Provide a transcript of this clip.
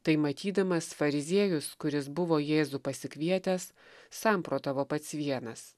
tai matydamas fariziejus kuris buvo jėzų pasikvietęs samprotavo pats vienas